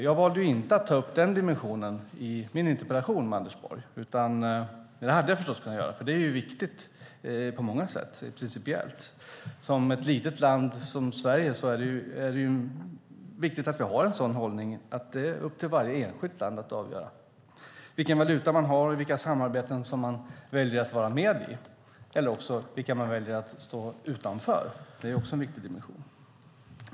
Jag valde inte att ta upp den dimensionen i min interpellation till Anders Borg. Det hade jag förstås kunnat göra, för det är viktigt på många sätt, principiellt. För ett litet land som Sverige är det viktigt att vi har en sådan hållning, att det är upp till varje enskilt land att avgöra vilken valuta man har, vilka samarbeten man väljer att vara med i och också vilka man väljer att stå utanför. Det är också en viktig dimension.